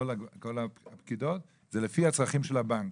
כל הפקידות, זה לפי הצרכים של הבנק